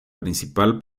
principal